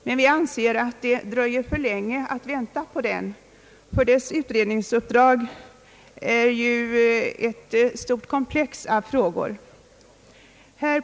Men vi anser att det dröjer för länge om vi skall vänta på den, därför att dess utredningsuppdrag omfattar ett stort komplex av frågor.